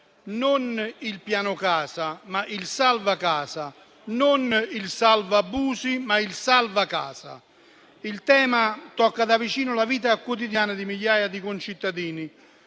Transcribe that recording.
Non il piano casa, ma il salva casa. Non il salva abusi, ma il salva casa. Il tema tocca da vicino la vita quotidiana di migliaia di concittadini.